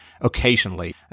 occasionally